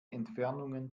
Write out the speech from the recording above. entfernungen